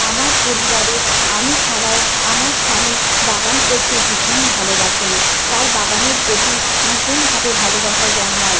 আমার পরিবারে আমি ছাড়াও আমার স্বামী বাগান করতে ভীষণ ভালোবাসেন তার বাগানের প্রতি ভীষণভাবে ভালোবাসা জন্মায়